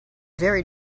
very